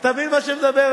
אתה מבין את מה שאני מדבר,